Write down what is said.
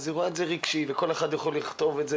היא רואה את זה רגשי וכל אחד יכול לכתוב את זה